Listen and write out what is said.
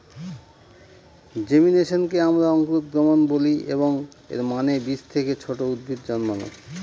জেমিনেশনকে আমরা অঙ্কুরোদ্গম বলি, এবং এর মানে বীজ থেকে ছোট উদ্ভিদ জন্মানো